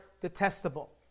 detestable